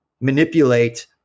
manipulate